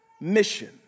mission